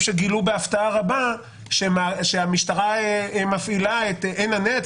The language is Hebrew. שגילו בהפתעה רבה שהמשטרה מפעילה את "עין הנץ",